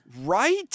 Right